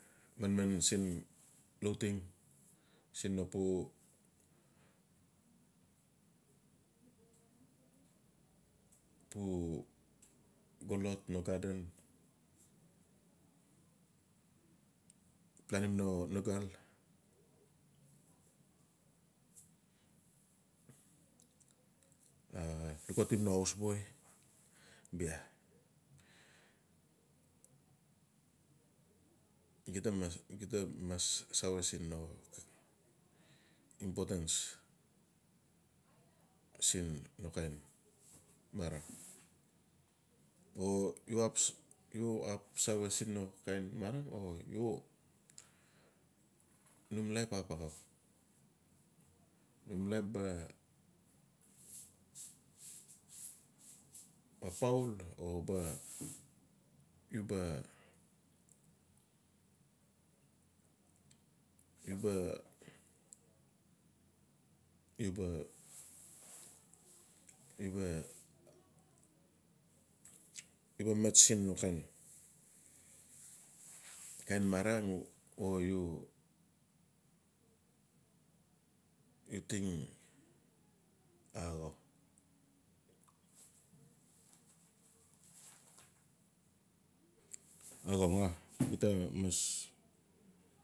Manman siin lauteng. siin no pu- pu xolot lo garden. Plunimno tugal a lukautim ol hausboi bia gita mas save siin no inportance siin no kain marang o lap save siin no kain marang. O num laip axap axau. num laip ba poul o u ba- uba- uba- ubamat siin no mat kain marang o u u ting axap axau ga gita mas.